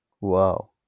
wow